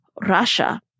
Russia